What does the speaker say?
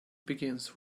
begins